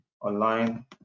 online